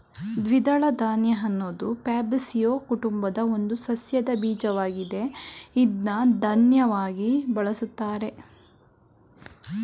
ದ್ವಿದಳ ಧಾನ್ಯ ಅನ್ನೋದು ಫ್ಯಾಬೇಸಿಯೊ ಕುಟುಂಬದ ಒಂದು ಸಸ್ಯದ ಬೀಜವಾಗಿದೆ ಇದ್ನ ಧಾನ್ಯವಾಗಿ ಬಳುಸ್ತಾರೆ